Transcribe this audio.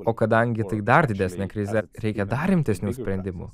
o kadangi tai dar didesnė krizė reikia dar rimtesnių sprendimų